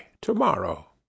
to-morrow